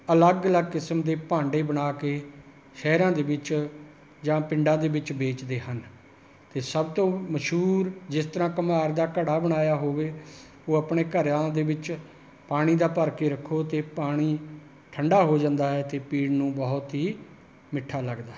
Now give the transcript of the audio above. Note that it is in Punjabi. ਅਲੱਗ ਅਲੱਗ ਕਿਸਮ ਦੇ ਭਾਂਡੇ ਬਣਾ ਕੇ ਸ਼ਹਿਰਾਂ ਦੇ ਵਿੱਚ ਜਾਂ ਪਿੰਡਾਂ ਦੇ ਵਿੱਚ ਵੇਚਦੇ ਹਨ ਅਤੇ ਸਭ ਤੋਂ ਮਸ਼ਹੂਰ ਜਿਸ ਤਰ੍ਹਾਂ ਘੁਮਿਆਰ ਦਾ ਘੜਾ ਬਣਾਇਆ ਹੋਵੇ ਉਹ ਆਪਣੇ ਘਰਾਂ ਦੇ ਵਿੱਚ ਪਾਣੀ ਦਾ ਭਰ ਕੇ ਰੱਖੋ ਅਤੇ ਪਾਣੀ ਠੰਡਾ ਹੋ ਜਾਂਦਾ ਹੈ ਅਤੇ ਪੀਣ ਨੂੰ ਬਹੁਤ ਹੀ ਮਿੱਠਾ ਲੱਗਦਾ ਹੈ